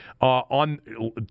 On